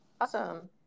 Awesome